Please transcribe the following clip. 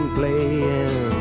playing